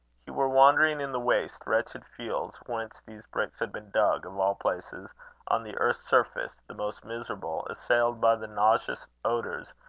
he were wandering in the waste, wretched field whence these bricks had been dug, of all places on the earth's surface the most miserable, assailed by the nauseous odours,